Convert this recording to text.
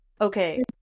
Okay